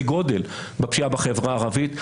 גודל טוב יותר בפשיעה בחברה הערבית.